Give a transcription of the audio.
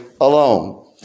alone